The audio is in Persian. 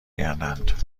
کردند